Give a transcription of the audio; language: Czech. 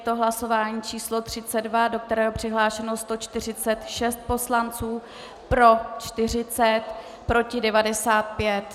Je to hlasování číslo 32, do kterého je přihlášeno 146 poslanců, pro 40, proti 95.